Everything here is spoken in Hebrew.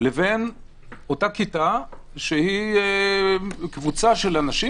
לבין אותה כיתה שהיא קבוצה של אנשים